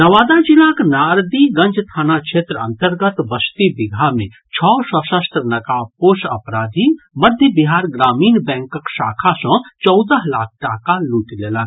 नवादा जिलाक नारदीगंज थाना क्षेत्र अन्तर्गत बस्ती बिगहा मे छओ सशस्त्र नकाबपोश अपराधी मध्य बिहार ग्रामीण बैंकक शाखा सँ चौदह लाख टाका लूटि लेलक